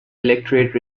electorate